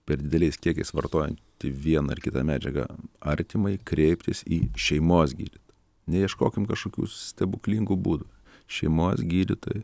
per dideliais kiekiais vartojantį vieną ar kitą medžiagą artimąjį kreiptis į šeimos gydytoją neieškokim kažkokių stebuklingų būdų šeimos gydytojai